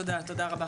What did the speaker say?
תודה רבה.